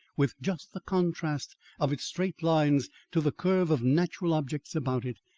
with just the contrast of its straight lines to the curve of natural objects about it,